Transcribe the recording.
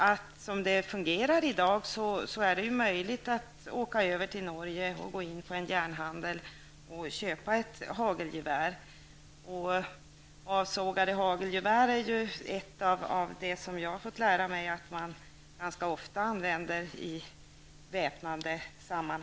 Som det fungerar i dag är det möjligt att åka över till Norge, gå in i en järnhandel och köpa ett hagelgevär. Jag har fått lära mig att avsågade hagelgevär ganska ofta används vid väpnade rån.